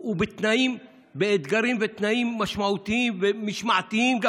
הוא בתנאים ובאתגרים משמעותיים, וגם משמעתיים,